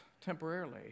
temporarily